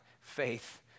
Faith